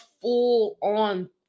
full-on